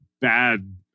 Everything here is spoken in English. bad